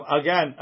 again